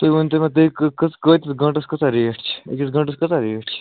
تُہۍ ؤنتو مےٚ تُہۍ گٲنٛتس کۭژاہ ریٹھ چھِ أکِس گٲنٛتس کۭژاہ ریٹھ چھِ